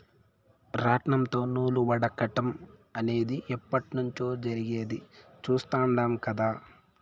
రాట్నంతో నూలు వడకటం అనేది ఎప్పట్నుంచో జరిగేది చుస్తాండం కదా